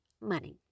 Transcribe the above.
money